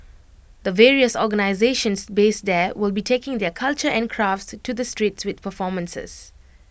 the various organisations based there will be taking their culture and crafts to the streets with performances